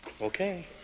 Okay